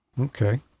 Okay